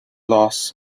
loss